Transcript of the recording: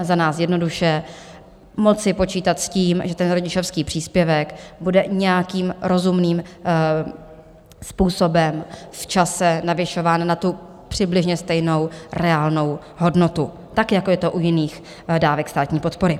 Za nás jednoduše moci počítat s tím, že rodičovský příspěvek bude nějakým rozumným způsobem v čase navyšován na přibližně stejnou reálnou hodnotu, tak jako je to u jiných dávek státní podpory.